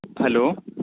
hello